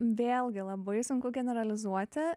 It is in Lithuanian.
vėlgi labai sunku generalizuoti